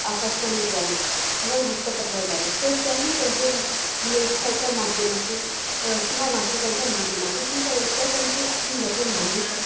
आकाशवाणीद्वारे किंवा वृत्तपत्राद्वारे तर त्याही त्यांचे लेखाच्या माध्यमातून किंवा मासिकांच्या माध्यमातून ती ते त्या त्यांची आपली मते मांडू शकतात